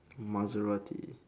maserati